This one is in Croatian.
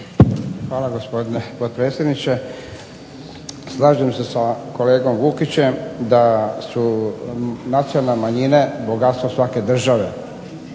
Hvala gospodine potpredsjedniče. Slažem se sa kolegom Vukićem da su nacionalne manjine bogatstvo svake države,